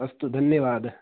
अस्तु धन्यवादः